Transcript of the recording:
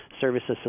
Services